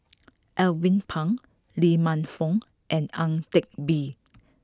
Alvin Pang Lee Man Fong and Ang Teck Bee